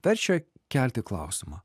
verčia kelti klausimą